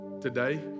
Today